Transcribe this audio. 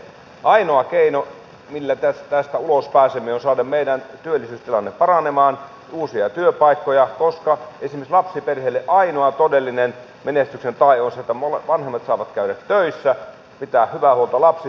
ainoa keino millä tästä ulos pääsemme on saada meidän työllisyystilanne paranemaan uusia työpaikkoja koska esimerkiksi lapsiperheille ainoa todellinen menestyksen tae on se että vanhemmat saavat käydä töissä pitää hyvää huolta lapsistaan